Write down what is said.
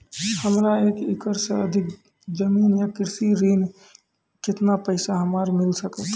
हमरा एक एकरऽ सऽ अधिक जमीन या कृषि ऋण केतना पैसा हमरा मिल सकत?